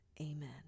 Amen